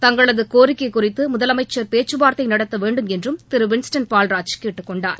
தங்களது கோரிக்கை குறித்து முதலமைச்சர் பேச்கவார்த்தை நடத்த வேண்டும் என்றும் திரு வின்ஸ்டன் பால்ராஜ் கேட்டுக்கொண்டார்